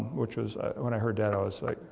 which was when i heard that, i was like,